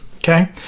Okay